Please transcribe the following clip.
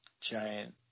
giant